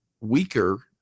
weaker